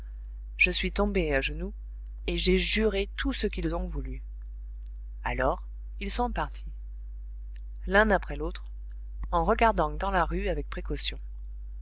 je suis tombée à genoux et j'ai juré tout ce qu'ils ont voulu alors ils sont partis l'un après l'autre en regardant dans la rue avec précaution